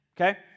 Okay